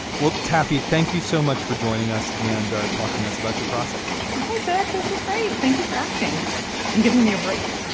well, taffy, thank you so much for joining us and talking us about your process i think this is great. thank you for asking and giving me a break